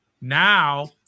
Now